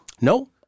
No